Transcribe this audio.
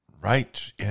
right